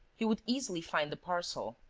he would easily find the parcel.